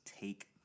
Take